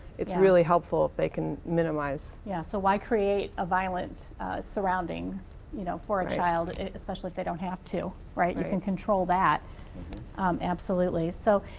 it's really helpful if they can minimize. yeah, so why create a violent surrounding you know for a child especially if they don't have too. right, you can control that absolutely. so,